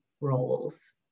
roles